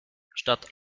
statt